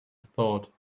thought